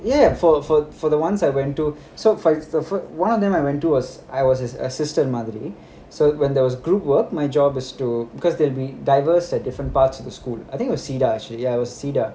ya for for for the ones I went to so for in~ the fir~ one of them I went to was I was his assistant மாதிரி:mathiri so when there was group work my job is to because they'll be divers at different parts of the school I think it was cedar actually ya it was cedar